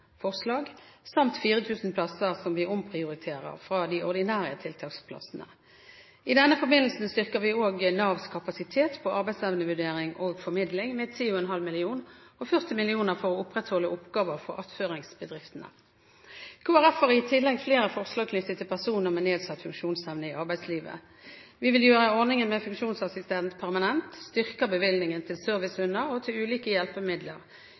forslag – og 4 000 plasser omprioriteres fra de ordinære tiltaksplassene. I denne forbindelse styrker vi også Navs kapasitet på arbeidsevnevurdering og -formidling med 10,5 mill. kr, og med 40 mill. kr for å opprettholde oppgaver for attføringsbedriftene. Kristelig Folkeparti har i tillegg flere forslag knyttet til personer med nedsatt funksjonsevne i arbeidslivet. Vi vil gjøre ordningen med funksjonsassistent permanent, vi styrker bevilgningen til servicehunder og til ulike hjelpemidler,